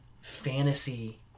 fantasy